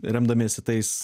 remdamiesi tais